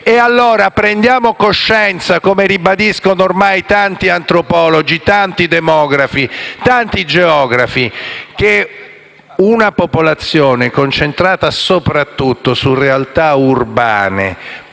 allora coscienza, come ribadiscono ormai tanti antropologi, tanti demografi e geografi, che una popolazione concentrata soprattutto su realtà urbane